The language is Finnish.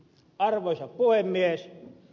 arvoisa puhemies